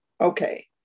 Okay